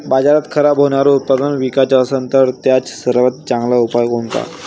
बाजारात खराब होनारं उत्पादन विकाच असन तर त्याचा सर्वात चांगला उपाव कोनता?